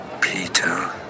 Peter